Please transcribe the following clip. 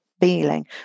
feeling